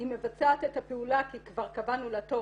היא מבצעת את הפעולה כי כבר קבענו לה תור